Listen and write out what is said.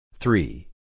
Three